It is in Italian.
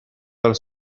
dal